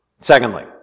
Secondly